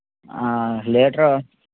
litre